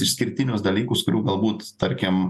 išskirtinius dalykus kurių galbūt tarkim